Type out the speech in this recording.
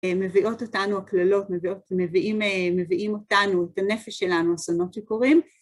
מביאות אותנו הקללות, מביאים אותנו, את הנפש שלנו, אסונות שקורים.